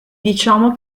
diciamo